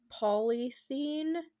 polythene